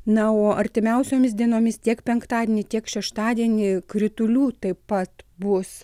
na o artimiausiomis dienomis tiek penktadienį tiek šeštadienį kritulių taip pat bus